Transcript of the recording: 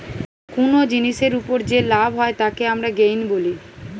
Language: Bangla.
কুনো জিনিসের উপর যে লাভ হয় তাকে আমরা গেইন বলি